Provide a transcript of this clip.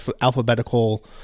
alphabetical